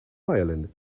violin